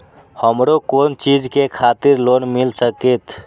हमरो कोन चीज के खातिर लोन मिल संकेत?